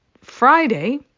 Friday